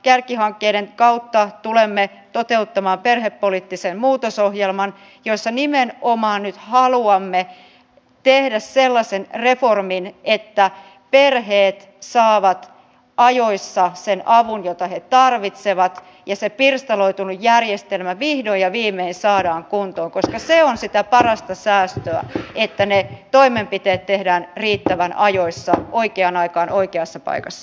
kärkihankkeiden kautta tulemme toteuttamaan perhepoliittisen muutosohjelman jossa nimenomaan nyt haluamme tehdä sellaisen reformin että perheet saavat ajoissa sen avun jota he tarvitsevat ja se pirstaloitunut järjestelmä vihdoin ja viimein saadaan kuntoon koska se on sitä parasta säästöä että ne toimenpiteet tehdään riittävän ajoissa oikeaan aikaan oikeassa paikassa